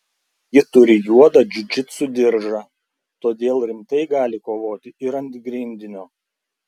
ji turi juodą džiudžitsu diržą todėl rimtai gali kovoti ir ant grindinio